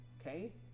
Okay